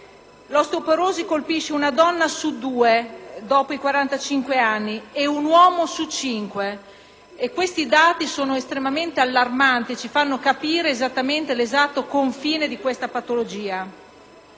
L'osteoporosi colpisce una donna su due dopo i 45 anni ed un uomo su cinque: sono dati estremamente allarmanti e ci fanno capire l'esatto confine di questa patologia.